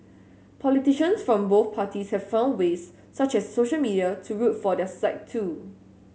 politicians from both parties have found ways such as social media to root for their side too